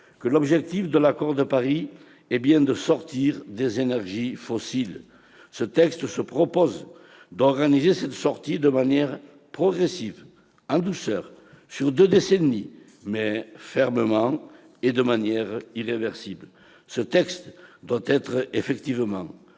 que l'objectif de l'accord de Paris est bien de sortir des énergies fossiles. Ce texte prévoit d'organiser cette sortie de manière progressive, en douceur, sur deux décennies, mais fermement et de manière irréversible. Ce texte doit être effectivement